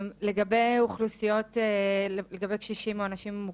לגבי קשישים או אנשים עם מוגבלות,